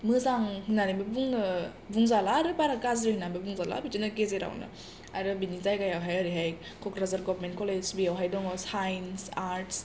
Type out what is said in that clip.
मोजां होननानैबो बुंजाला आरो बारा गाज्रि होननाबो बुंजाला बिदिनो गेजेरावनो आरो बिनि जायगायावहाय ओरैहाय कक्राझार गभारमेन कलेज बेवहाय साइन्स आर्टस आरो